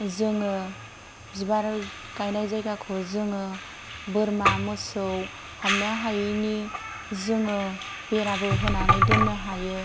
जोङो बिबार गायनाय जायगाखौ जोङो बोरमा मोसौ हाबनो हायैनि जोङो बेराबो होनानै दोननो हायो